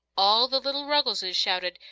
all the little ruggleses shouted,